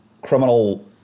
criminal